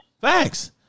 Facts